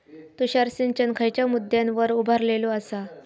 तुषार सिंचन खयच्या मुद्द्यांवर उभारलेलो आसा?